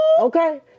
Okay